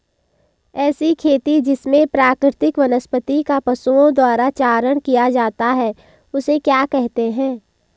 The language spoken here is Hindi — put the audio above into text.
ऐसी खेती जिसमें प्राकृतिक वनस्पति का पशुओं द्वारा चारण किया जाता है उसे क्या कहते हैं?